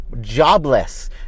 jobless